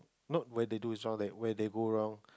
not where they do is wrong like where they go wrong